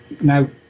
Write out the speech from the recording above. Now